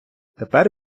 тепер